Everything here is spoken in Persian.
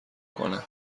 کنه